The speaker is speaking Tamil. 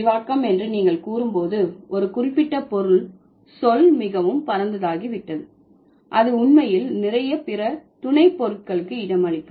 விரிவாக்கம் என்று நீங்கள் கூறும்போது ஒரு குறிப்பிட்ட பொருள் சொல் மிகவும் பரந்ததாகிவிட்டது அது உண்மையில் நிறைய பிற துணைப்பொருட்களுக்கு இடமளிக்கும்